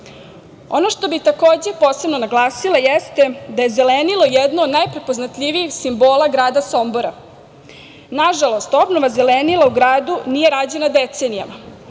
što bih takođe posebno naglasila, jeste da je zelenilo jedno od najprepoznatljivijih simbola grada Sombora. Nažalost obnova zelenila u gradu nije rađena decenijama,